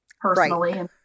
personally